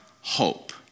hope